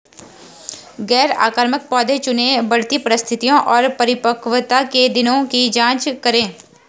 गैर आक्रामक पौधे चुनें, बढ़ती परिस्थितियों और परिपक्वता के दिनों की जाँच करें